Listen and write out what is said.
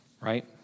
Right